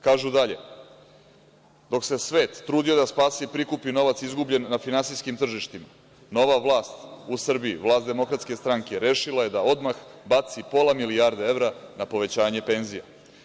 Kažu dalje: „Dok se svet trudio da spasi i prikupi novac izgubljen na finansijskim tržištima, nova vlast u Srbiji, vlast DS rešila je da odmah baci pola milijarde evra na povećanje penzija“